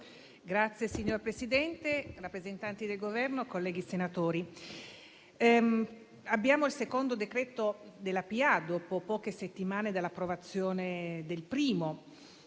Signor Presidente, rappresentanti del Governo, colleghi senatori, abbiamo il secondo decreto-legge per la PA dopo poche settimane dall'approvazione del primo